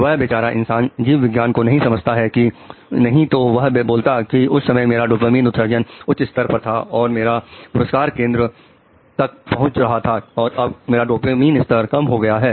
वह बेचारा इंसान जीव विज्ञान को नहीं समझता है नहीं तो वह बोलता कि उस समय मेरा डोपामिन उत्सर्जन उच्च स्तर पर था और मेरे पुरस्कार केंद्र तक पहुंच रहा था और अब मेरा डोपामिन स्तर कम हो गया है